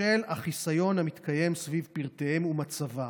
בשל החיסיון המתקיים סביב פרטיהם ומצבם.